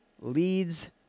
leads